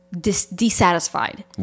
dissatisfied